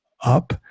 up